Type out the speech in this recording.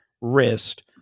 wrist